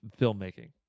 filmmaking